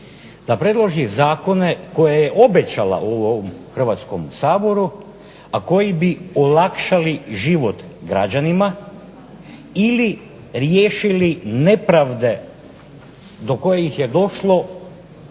da predloži zakone koje je obećala Hrvatskom saboru, a koji bi olakšali život građanima ili riješili nepravde do kojih je došlo,